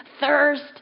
thirst